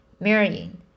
Marion